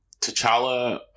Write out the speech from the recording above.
T'Challa